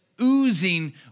oozing